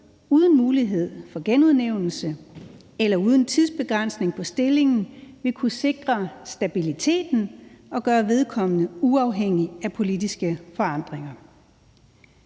uden mulighed for genudnævnelse eller uden tidsbegrænsning af stillingen vil kunne sikre stabiliteten og gøre vedkommende uafhængig af politiske forandringer.